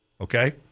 Okay